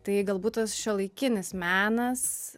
tai galbūt tas šiuolaikinis menas